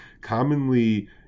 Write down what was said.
commonly